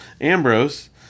Ambrose